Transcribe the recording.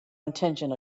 intention